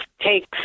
takes